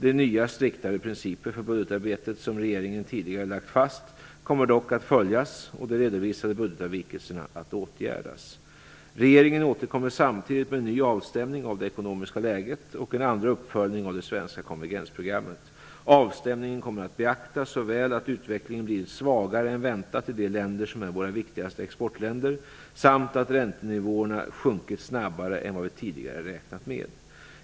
De nya striktare principer för budgetarbetet som regeringen tidigare lagt fast kommer dock att följas och de redovisade budgetavvikelserna att åtgärdas. Regeringen återkommer samtidigt med en ny avstämning av det ekonomiska läget och en andra uppföljning av det svenska konvergensprogrammet. Avstämningen kommer att beakta såväl att utvecklingen blivit svagare än väntat i de länder som är våra viktigaste exportländer som att räntenivåerna sjunkit snabbare än vad vi tidigare räknat med.